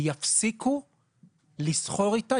יפסיקו לסחור איתה.